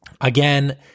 Again